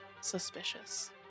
suspicious